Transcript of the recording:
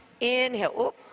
Inhale